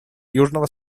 южного